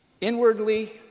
inwardly